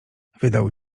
wydał